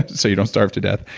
so you don't starve to death.